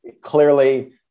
clearly